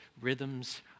rhythms